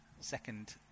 Second